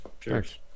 Cheers